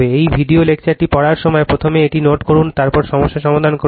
এই ভিডিও লেকচারটি পড়ার সময় প্রথমে এটি নোট করুন তারপর সমস্যার সমাধান করুন